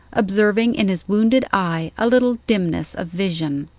observing in his wounded eye a little dimness of vision.